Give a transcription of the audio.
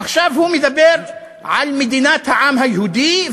עכשיו הוא מדבר על מדינת העם היהודי,